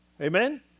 Amen